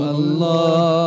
Allah